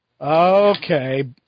Okay